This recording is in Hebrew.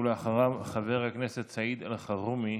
אחריו, חבר הכנסת סעיד אלחרומי,